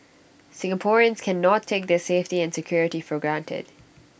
Singaporeans cannot take their safety and security for granted